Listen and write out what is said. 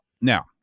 Now